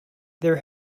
there